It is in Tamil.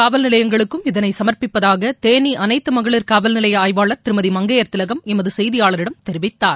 காவல்நிலையங்களுக்கு அனைத்துமகளிர் இதனைசமர்ப்பிப்பதாகதேனிஅனைத்து மகளிர் காவல்நிலையஆய்வாளர் திருமதி மங்கையர்திலகம் எமதுசெய்தியாளரிடம் தெரிவித்தார்